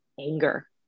anger